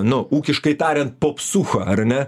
nu ūkiškai tariant popsu ar ne